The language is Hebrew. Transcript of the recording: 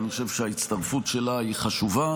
ואני חושב שההצטרפות שלה חשובה.